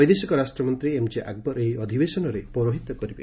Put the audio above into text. ବୈଦେଶିକ ରାଷ୍ଟ୍ରମନ୍ତ୍ରୀ ଏମ୍ଜେ ଆକବର ଏହି ଅଧିବେଶନରେ ପୌରୋହିତ୍ୟ କରିବେ